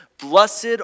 Blessed